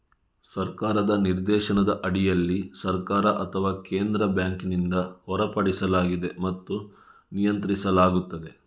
ಸರ್ಕಾರದ ನಿರ್ದೇಶನದ ಅಡಿಯಲ್ಲಿ ಸರ್ಕಾರ ಅಥವಾ ಕೇಂದ್ರ ಬ್ಯಾಂಕಿನಿಂದ ಹೊರಡಿಸಲಾಗಿದೆ ಮತ್ತು ನಿಯಂತ್ರಿಸಲಾಗುತ್ತದೆ